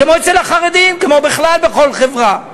כמו אצל החרדים, כמו בכלל בכל חברה.